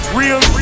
real